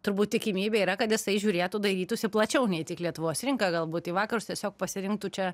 turbūt tikimybė yra kad jisai žiūrėtų dairytųsi plačiau ne į tik lietuvos rinką galbūt į vakarus tiesiog pasirinktų čia